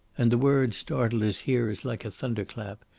and the word startled his hearers like a thunderclap,